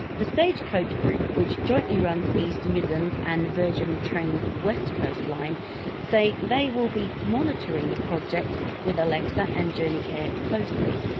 the stagecoach group, which jointly runs eastern midlands and virgin trains west coastline say they will be monitoring the project with alexa and journey care closely.